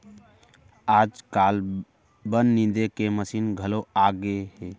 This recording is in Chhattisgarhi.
आजकाल बन निंदे के मसीन घलौ आगे हे